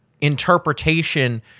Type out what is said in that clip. interpretation